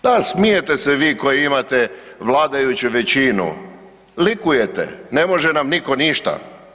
Da, smijete se vi koji imate vladajuću većinu, likujete, ne može nam nitko ništa.